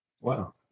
Wow